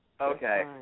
Okay